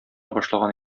башлаган